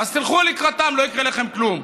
אז תלכו לקראתם, לא יקרה לכם כלום.